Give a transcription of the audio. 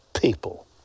people